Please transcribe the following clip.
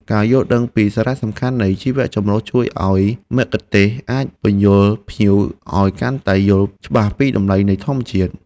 ការយល់ដឹងពីសារៈសំខាន់នៃជីវចម្រុះជួយឱ្យមគ្គុទ្ទេសក៍អាចពន្យល់ភ្ញៀវឱ្យកាន់តែយល់ច្បាស់ពីតម្លៃនៃធម្មជាតិ។